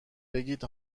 بگید